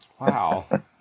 Wow